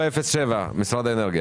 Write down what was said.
פנייה מס' 34-007: משרד האנרגיה.